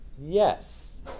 yes